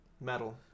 metal